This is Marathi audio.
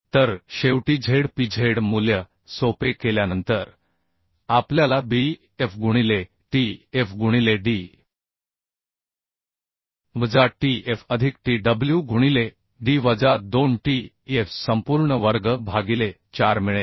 तर शेवटी z p z मूल्य सोपे केल्यानंतर आपल्याला b f गुणिले t f गुणिले d वजा t f अधिक t डब्ल्यू गुणिले d वजा 2 t f संपूर्ण वर्ग भागिले 4 मिळेल